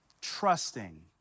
Trusting